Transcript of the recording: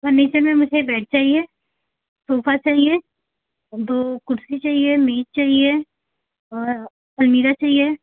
furniture में मुझे bed चाहिए सोफा चाहिए दो कुर्सी चाहिए मेज़ चाहिए अलमीरा चाहिए